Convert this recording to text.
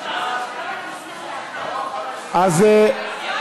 ההצעה להעביר את הצעת חוק איסור הונאה בכשרות (תיקון,